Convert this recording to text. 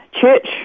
church